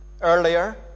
earlier